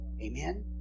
Amen